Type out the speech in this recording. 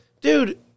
Dude